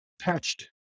patched